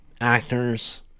actors